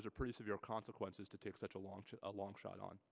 those are pretty severe consequences to take such a long long shot on